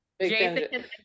Jason